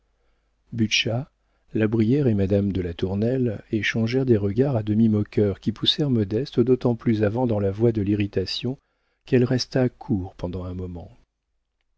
la brière et madame de latournelle échangèrent des regards à demi moqueurs qui poussèrent modeste d'autant plus avant dans la voie de l'irritation qu'elle resta court pendant un moment